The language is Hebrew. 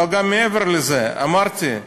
אבל גם מעבר לזה, אמרתי,